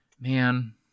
man